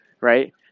right